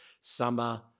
Summer